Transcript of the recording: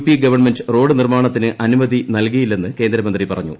P government road നിർമ്മാണത്തിന് അനുമതി നൽകിയില്ലെന്ന് കേന്ദ്രമന്ത്രി പറഞ്ഞു